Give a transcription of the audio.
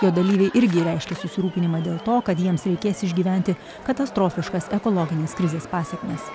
jo dalyviai irgi reiškia susirūpinimą dėl to kad jiems reikės išgyventi katastrofiškas ekologinės krizės pasekmes